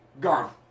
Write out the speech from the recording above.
gone